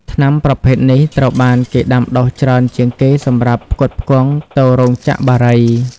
ថ្នាំប្រភេទនេះត្រូវបានគេដាំដុះច្រើនជាងគេសម្រាប់ផ្គត់ផ្គង់ទៅរោងចក្របារី។